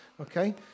okay